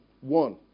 one